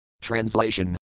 Translation